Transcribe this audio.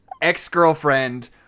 ex-girlfriend